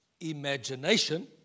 imagination